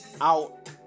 out